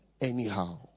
anyhow